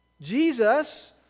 Jesus